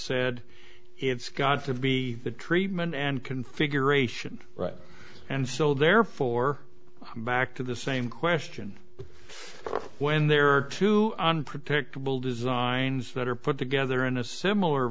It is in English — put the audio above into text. said it's got to be the treatment and configuration right and so therefore i'm back to the same question when there are too unpredictable designs that are put together in a similar